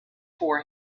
for